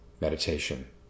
meditation